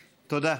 תודה.